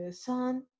son